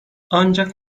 ancak